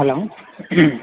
hello